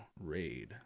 Raid